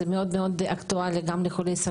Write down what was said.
אז זה מאוד אקטואלי גם אליהם.